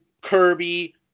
kirby